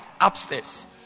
upstairs